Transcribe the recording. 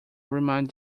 remind